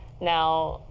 now,